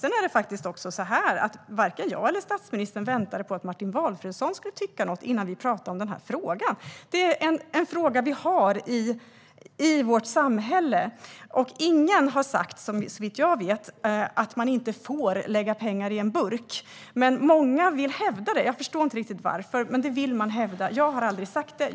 Sedan är det faktiskt så att varken jag eller statsministern väntade på att Martin Valfridsson skulle tycka något innan vi talade om den här frågan. Det är en fråga vi har i vårt samhälle. Såvitt jag vet har ingen sagt att man inte får lägga pengar i en burk, men många vill hävda det. Jag förstår inte riktigt varför, men det vill man hävda. Jag har aldrig sagt det.